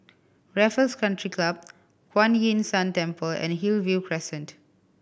Raffles Country Club Kuan Yin San Temple and Hillview Crescent